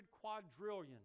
quadrillion